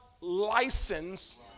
license